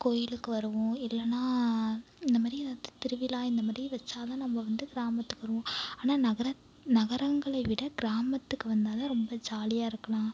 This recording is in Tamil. கோவிலுக்கு வருவோம் இல்லைனா இந்தமாதிரி திருவிழா இந்தமாதிரி வைச்சாதான் நம்ம வந்து கிராமத்துக்கு வருவோம் ஆனால் நகர நகரங்களை விட கிராமத்துக்கு வந்தால்தான் ரொம்ப ஜாலியாக இருக்கலாம்